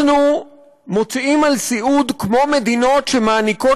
אנחנו מוציאים על סיעוד כמו מדינות שמעניקות